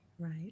Right